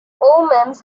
omens